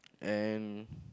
and